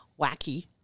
wacky